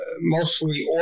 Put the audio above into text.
mostly